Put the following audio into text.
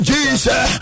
Jesus